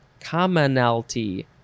Commonalty